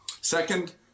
Second